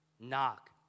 Knock